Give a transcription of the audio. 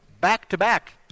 back-to-back